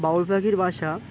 বাউল পাখির বাসা